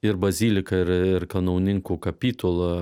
ir bazilika ir ir kanauninkų kapitula